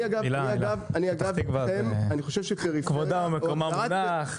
הילה, פתח תקווה, כבודה במקומה מונח,